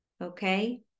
okay